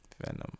Venom